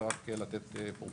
זה רק לתת פרופורציה.